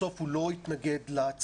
בסוף הוא לא התנגד להצעה,